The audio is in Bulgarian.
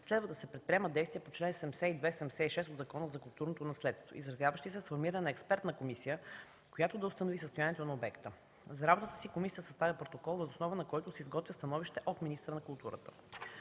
следва да се предприемат действия по чл. 72-76 от Закона за културното наследство, изразяващи се в сформиране на експертна комисия, която да установи състоянието на обекта. За работата си комисията съставя протокол, въз основа на който се изготвя становище от министъра на културата.